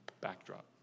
backdrop